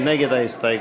מי נגד ההסתייגות?